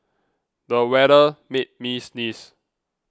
the weather made me sneeze